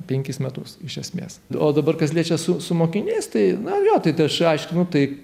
penkis metus iš esmės o dabar kas liečia su mokiniais tai na vėl aiškinu tai